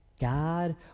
God